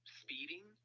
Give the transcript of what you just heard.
speeding